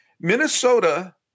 Minnesota